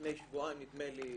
לפני שבועיים נדמה לי,